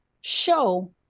show